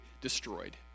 destroyed